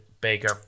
Baker